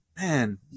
man